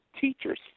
teacher's